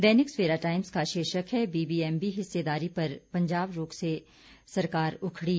दैनिक Savera Times का शीर्षक है बीबीएमबी हिस्सेदारी पर पंजाब के रूख से सरकार उखड़ी